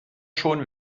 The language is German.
schon